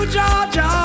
Georgia